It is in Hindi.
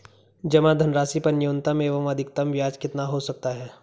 जमा धनराशि पर न्यूनतम एवं अधिकतम ब्याज कितना हो सकता है?